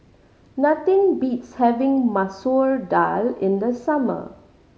nothing beats having Masoor Dal in the summer